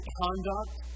conduct